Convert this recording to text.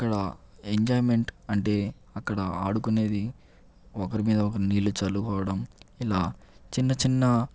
అక్కడ ఎంజాయ్మెంట్ అంటే అక్కడ ఆడుకునేది ఒకరి మీద ఒకరు నీళ్లు చల్లుకోవడం ఇలా చిన్న చిన్న